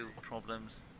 problems